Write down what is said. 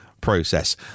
process